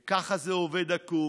וככה זה עובד עקום,